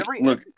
Look